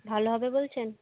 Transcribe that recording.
ভালো হবে বলছেন